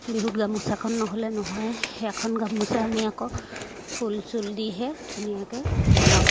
বিহুত গামোচাখন নহ'লে নহয় সেইখন গামোচা আমি আকৌ ফুল চুল দিহে ধুনীয়াকৈ বনাওঁ